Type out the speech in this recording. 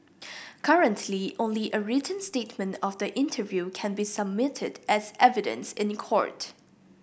currently only a written statement of the interview can be submitted as evidence in court